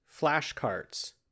flashcards